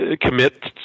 commit